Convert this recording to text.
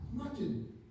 Imagine